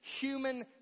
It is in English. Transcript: human